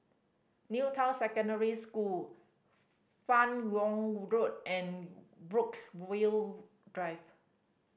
New Town Secondary School Fan Yoong Road and Brookvale Drive